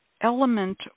element